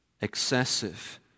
excessive